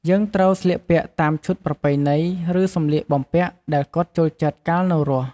យើងត្រូវស្លៀកពាក់តាមឈុតប្រពៃណី ឬសម្លៀកបំពាក់ដែលគាត់ចូលចិត្តកាលនៅរស់។